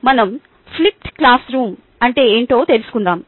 ఈ రోజు మనం ఫ్లిప్డ్ క్లాస్రూమ్ అoటే ఏంటో తెలుసుకుందాము